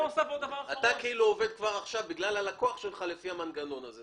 אתה עובד כבר עכשיו לפי המנגנון הזה,